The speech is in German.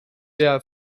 der